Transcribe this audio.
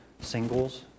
singles